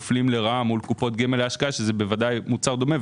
מול קופות הגמל להשקעה שהן מוצר דומה,